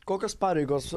kokios pareigos